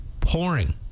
pouring